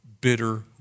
bitter